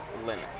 limits